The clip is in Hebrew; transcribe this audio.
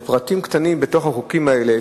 לפרטים קטנים בתוך החוקים האלה,